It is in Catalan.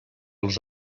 els